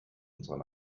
unserer